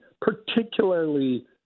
particularly